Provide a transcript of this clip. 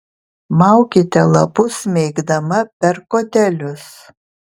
maukite lapus smeigdama per kotelius